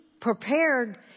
prepared